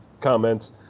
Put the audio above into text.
comments